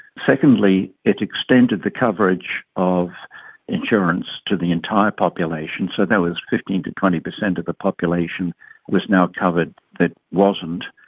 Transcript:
secondly, it extended the coverage of insurance to the entire population, so that was fifteen percent to twenty percent of the population was now covered that wasn't.